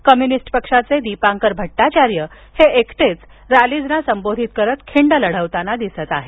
communist पक्षाचे दीपांकर भट्टाचार्य एकटेच रॅलीजना संबोधित करत खिंड लढवताना दिसत आहेत